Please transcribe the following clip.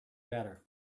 better